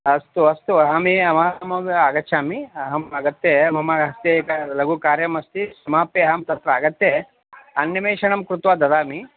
अस्तु अस्तु अहम् अहमेव आगच्छामि अहम् आगत्य मम हस्ते एकं लघुकार्यमस्ति समाप्य अहं तत्र आगत्य अन्वेषणं कृत्वा ददामि